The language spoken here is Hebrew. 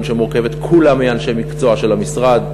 שמורכבת כולה מאנשי מקצוע של המשרד.